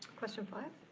question five.